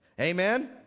Amen